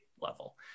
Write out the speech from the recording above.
level